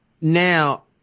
now